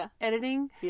editing